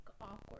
awkward